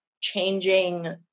changing